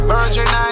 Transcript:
Virgin